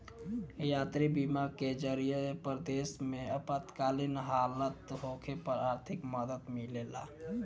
यात्री बीमा के जरिए परदेश में आपातकालीन हालत होखे पर आर्थिक मदद मिलेला